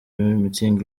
mutzig